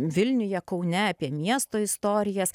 vilniuje kaune apie miesto istorijas